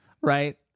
Right